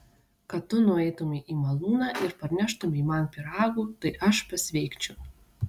kad tu nueitumei į malūną ir parneštumei man pyragų tai aš pasveikčiau